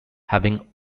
having